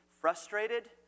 Frustrated